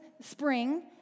spring